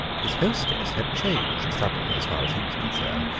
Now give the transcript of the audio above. his hostess had changed suddenly, as far as he was concerned,